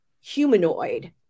humanoid